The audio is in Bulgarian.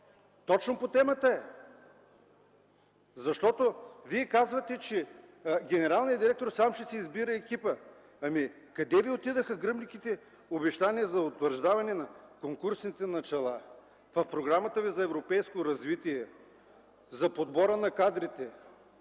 Точно по темата е. Защото вие казвате, че генералният директор сам ще си избира екипа. Къде ви отидоха гръмките обещания за утвърждаване на конкурсните начала в програмата ви за европейско развитие за подбора на кадрите?